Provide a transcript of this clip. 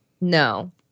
No